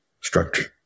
structure